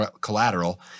collateral